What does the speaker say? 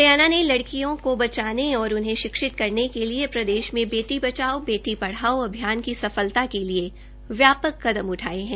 हरियाणा ने लड़कियों को बचाने और उन्हें शिक्षित करने के लिए प्रदेश में बेटी बचाओ बेटी पढ़ाओ अभियान की सफलता के लिए व्यापक कदम उठाये है